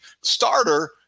starter